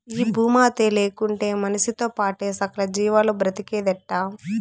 ఈ భూమాతే లేకుంటే మనిసితో పాటే సకల జీవాలు బ్రతికేదెట్టా